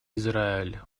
израиль